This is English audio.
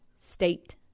State